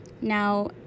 Now